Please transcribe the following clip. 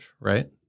right